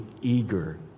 eager